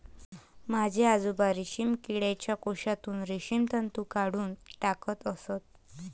माझे आजोबा रेशीम किडीच्या कोशातून रेशीम तंतू काढून टाकत असत